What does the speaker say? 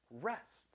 rest